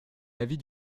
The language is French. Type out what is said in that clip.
l’avis